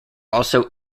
also